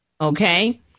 Okay